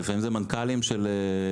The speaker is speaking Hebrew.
לפעמים אלה מנכ"לים של חברות,